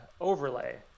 overlay